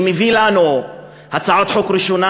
שמביא לנו הצעת חוק ראשונה,